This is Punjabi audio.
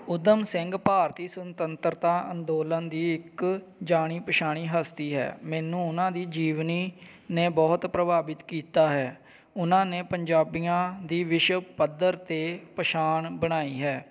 ਊਧਮ ਸਿੰਘ ਭਾਰਤੀ ਸੁਤੰਤਰਤਾ ਅੰਦੋਲਨ ਦੀ ਇੱਕ ਜਾਣੀ ਪਛਾਣੀ ਹਸਤੀ ਹੈ ਮੈਨੂੰ ਉਹਨਾਂ ਦੀ ਜੀਵਨੀ ਨੇ ਬਹੁਤ ਪ੍ਰਭਾਵਿਤ ਕੀਤਾ ਹੈ ਉਹਨਾਂ ਨੇ ਪੰਜਾਬੀਆਂ ਦੀ ਵਿਸ਼ਵ ਪੱਧਰ 'ਤੇ ਪਛਾਣ ਬਣਾਈ ਹੈ